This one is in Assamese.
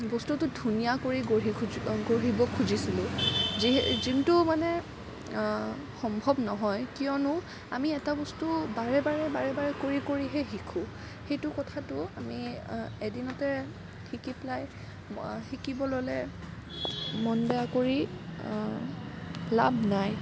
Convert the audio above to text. বস্তুটো ধুনীয়া কৰি গঢ়ি খুজি গঢ়িব খুজিছিলোঁ যিহেতু যোনটো মানে সম্ভৱ নহয় কিয়নো আমি এটা বস্তু বাৰে বাৰে বাৰে বাৰে কৰি কৰিহে শিকো সেইটো কথাটো আমি এদিনতে শিকি পেলাই শিকিব ল'লে মন বেয়া কৰি লাভ নাই